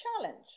challenge